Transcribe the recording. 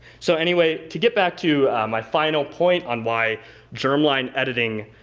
so anyway, to get back to my final point on why germline editing